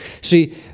See